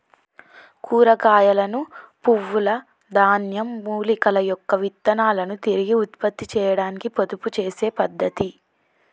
కూరగాయలను, పువ్వుల, ధాన్యం, మూలికల యొక్క విత్తనాలను తిరిగి ఉత్పత్తి చేయాడానికి పొదుపు చేసే పద్ధతి